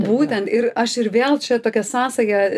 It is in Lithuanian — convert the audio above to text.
būtent ir aš ir vėl čia tokią sąsają